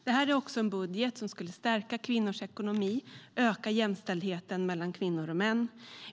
Det här är också en budget som skulle stärka kvinnors ekonomi och öka jämställdheten mellan kvinnor och män.